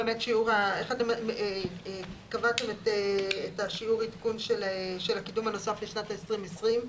איך אתם קבעתם את שיעור העדכון של הקידום הנוסף של שנת 2020,